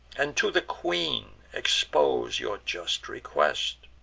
and to the queen expose your just request.